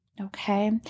Okay